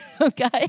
Okay